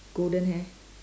golden hair